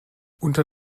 unter